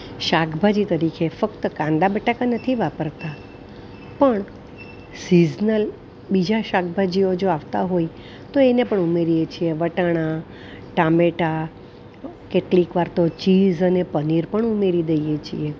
શાકભાજી તરીકે ફક્ત કાંદા બટાકા નથી વાપરતા પણ સિઝનલ બીજા શાકભાજીઓ જો આવતા હોય તો એને પણ ઉમેરીએ છીએ વટાણા ટામેટાં કેટલીકવાર તો ચીઝ અને પનીર પણ ઉમેરી દઈએ છીએ